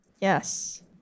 Yes